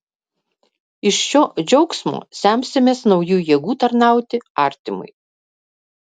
iš šio džiaugsmo semsimės naujų jėgų tarnauti artimui